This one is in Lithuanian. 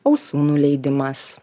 ausų nuleidimas